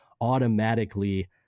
automatically